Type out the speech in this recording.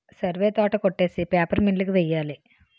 సరివే తోట కొట్టేసి paper mill కి వెయ్యాలి